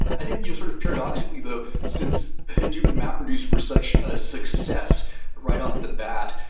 i think you know sort of paradoxically though, since hadoop and mapreduce were such a success right off the bat,